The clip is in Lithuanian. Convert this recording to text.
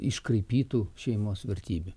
iškraipytų šeimos vertybių